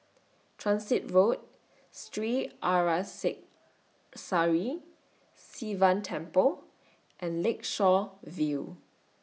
Transit Road Sri Arasakesari Sivan Temple and Lakeshore View